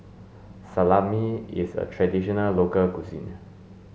salami is a traditional local cuisine